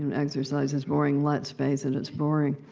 and exercise is boring, let's face it, it's boring